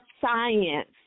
science